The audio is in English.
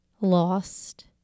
lost